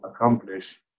accomplish